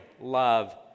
love